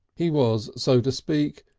he was, so to speak,